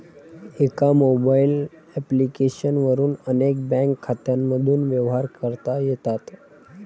एका mobile application वरून अनेक बँक खात्यांमधून व्यवहार करता येतात